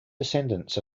descendants